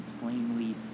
plainly